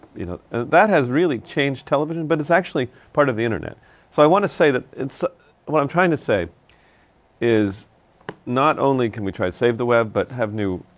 you know, and that has really changed television, but it's actually part of the internet. so i wanna say that it's so what i'm trying to say is not only can we try to save the web, but have new,